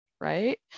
right